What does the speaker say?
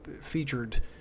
featured